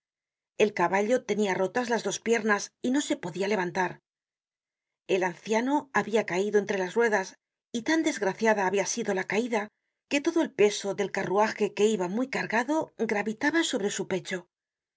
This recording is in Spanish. el caballo tenia rotas las dos piernas y no se podia levantar el anciano habia caido entre las ruedas y tan desgraciada habia sido la caida que todo el peso del carruaje que iba muy cargado gravitaba sobre su pecho el